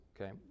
okay